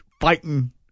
fighting